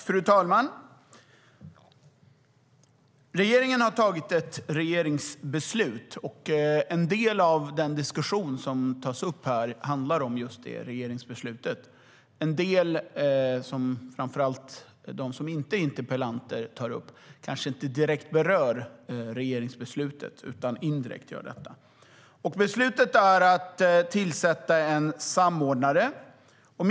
Fru talman! Regeringen har tagit ett beslut, och en del av diskussionen här handlar om just detta regeringsbeslut. En del av det som framför allt de som inte är interpellanter tar upp kanske inte direkt berör regeringsbeslutet utan bara indirekt. Beslutet är att en samordnare ska tillsättas.